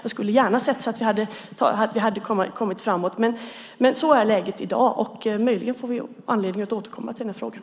Jag skulle gärna ha sett att vi hade kommit framåt, men så är läget i dag. Möjligen får vi anledning att återkomma till den här frågan.